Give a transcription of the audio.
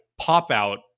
pop-out